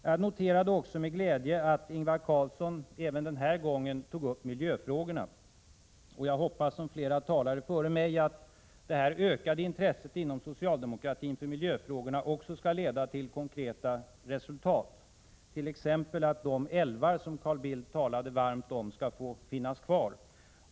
Jag noterade också med glädje att Ingvar Carlsson även den här gången tog upp miljöfrågorna, och jag hoppas, som flera talare före mig, att detta ökade intresse inom socialdemokratin för miljöfrågorna också skall leda till konkreta resultat, t.ex. att de älvar som Carl Bildt talade varmt om skall få finnas kvar.